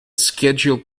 scheduled